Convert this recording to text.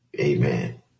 Amen